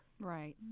Right